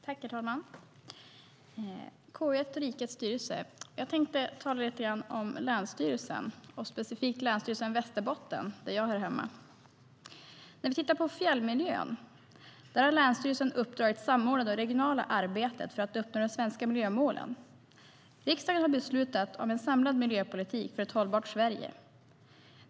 Herr talman! Vi debatterar KU1 Utgiftsområde 1 Rikets styrelse. När vi tittar på fjällmiljön har länsstyrelsen uppdraget att samordna det regionala arbetet för att uppnå de svenska miljömålen. Riksdagen har beslutat om en samlad miljöpolitik för ett hållbart Sverige.